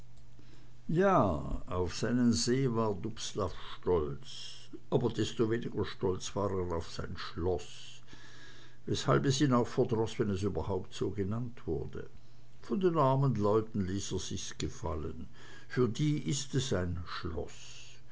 ja auf seinen see war dubslav stolz aber desto weniger stolz war er auf sein schloß weshalb es ihn auch verdroß wenn es überhaupt so genannt wurde von den armen leuten ließ er sich's gefallen für die ist es ein schloß